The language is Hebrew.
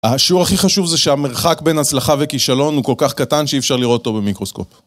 השיעור הכי חשוב זה שהמרחק בין הצלחה וכישלון הוא כל כך קטן שאי אפשר לראות אותו במיקרוסקופ.